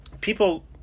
people